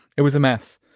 it was a mess.